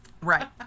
Right